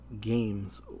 games